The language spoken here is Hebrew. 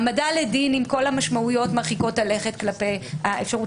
העמדה לדין עם כל המשמעויות מרחיקות הלכת כלפי האפשרות